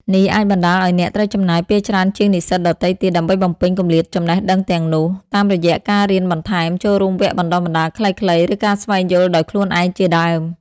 នេះអាចបណ្តាលឱ្យអ្នកត្រូវចំណាយពេលច្រើនជាងនិស្សិតដទៃទៀត ដើម្បីបំពេញគម្លាតចំណេះដឹងទាំងនោះ តាមរយៈការរៀនបន្ថែម ចូលរួមវគ្គបណ្តុះបណ្តាលខ្លីៗ ឬការស្វែងយល់ដោយខ្លួនឯងជាដើម។